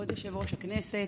כבוד יושב-ראש הכנסת,